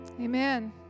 Amen